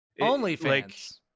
OnlyFans